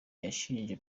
yashinje